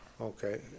Okay